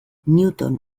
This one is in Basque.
newton